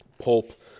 Pulp